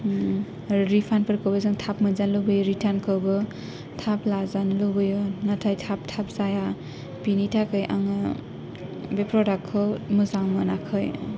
refund फोरखौ बो जोङो थाब मोनजानो लुबैयो रिर्टान खौबो थाब लाजानो लुबैयो नाथाय थाब थाब जाया बेनि थाखाय आङो बे प्रदाक खौ मोजां मोनाखै